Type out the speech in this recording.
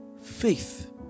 faith